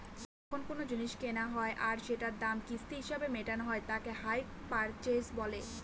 যখন কোনো জিনিস কেনা হয় আর সেটার দাম কিস্তি হিসেবে মেটানো হয় তাকে হাই পারচেস বলে